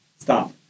stop